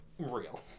Real